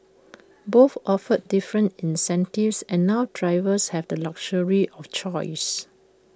both offer different incentives and now drivers have the luxury of choice